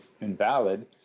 invalid